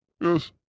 yes